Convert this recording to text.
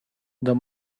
the